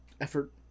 effort